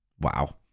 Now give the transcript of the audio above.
Wow